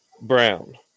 brown